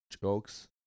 jokes